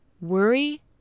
worry